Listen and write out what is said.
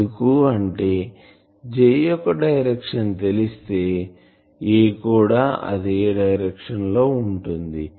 ఎందుకంటే J యొక్క direction తెలిస్తే A కూడా అదే డైరెక్షన్ లో ఉంటుంది